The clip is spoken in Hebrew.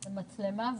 מהערבה,